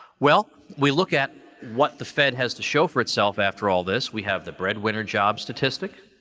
well, we look at what the fed has to show for itself after all this. we have the breadwinner job statistic.